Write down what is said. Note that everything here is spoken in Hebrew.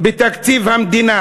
בתקציב המדינה.